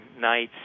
nights